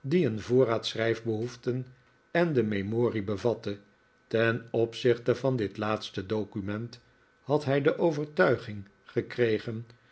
die een voorraad schrijfbehoeften en de memorie bevatte ten opzichte van dit laatste document had hij de overtuiging gekregen